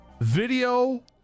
video